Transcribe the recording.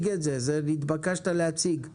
התבקשת להציג את זה.